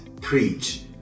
preach